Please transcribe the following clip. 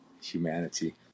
Humanity